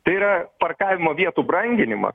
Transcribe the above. tai yra parkavimo vietų branginimas